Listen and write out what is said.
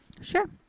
Sure